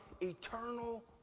eternal